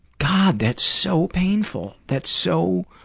god, that's so painful. that's so,